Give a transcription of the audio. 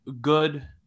good